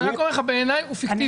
אני רק אומר לך שבעיני זה פיקטיבי.